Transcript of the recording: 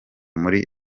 muri